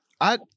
I-